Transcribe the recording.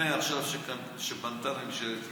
מבנה שבנתה עכשיו ממשלת ישראל,